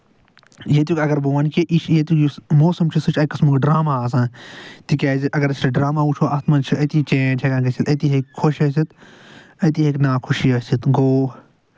ییٚتیُک اَگر بہٕ وَنہٕ کہِ یہِ چھِ ییٚتیُک یُس موسَم چھُ سُہ چھُ اَکہِ قٕسمُک اَکھ ڈراما آسان تکیازِ اگر أسۍ سُہ ڈراما وٕچھو اَتھ منٛز چھُ أتی چٮ۪نج ہٮ۪کان گژھِتھ أتی ہٮ۪کہِ خۄش ٲسِتھ أتی ہٮ۪کہِ نا خوشی ٲسِتھ گوٚو